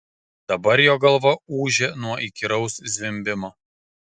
dabar jo galva ūžė nuo įkyraus zvimbimo